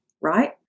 right